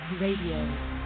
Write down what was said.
Radio